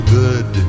good